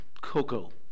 Cocoa